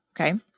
okay